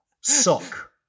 sock